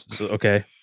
okay